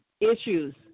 issues